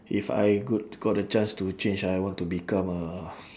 if I could got a chance to change I want to become a